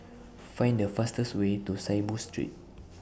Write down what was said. Find The fastest Way to Saiboo Street